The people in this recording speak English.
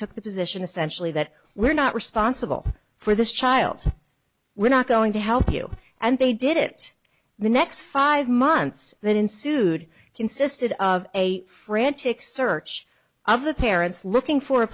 took the position essentially that we're not responsible for this child we're not going to help you and they did it the next five months that ensued consisted of a frantic search of the parents looking for a